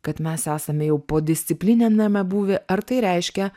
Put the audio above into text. kad mes esame jau po disciplininiame būvį ar tai reiškia